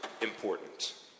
important